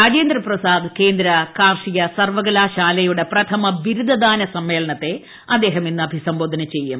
രാജേന്ദ്ര പ്രസാദ് കേന്ദ്ര കാർഷിക സർവ്വകലാശാലയുടെ പ്രഥമ ബിരുദദാന സമ്മേളനത്തെ അദ്ദേഹം ഇന്ന് അഭിസംബോധന ചെയ്യും